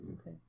Okay